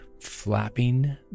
flapping